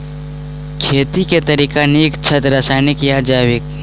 खेती केँ के तरीका नीक छथि, रासायनिक या जैविक?